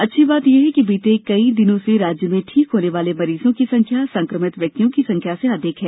अच्छी बात यह है कि बीते कई दिनों से राज्य में ठीक होने वाले मरीजों की संख्या संक्रमित व्यक्तियों की संख्या से अधिक है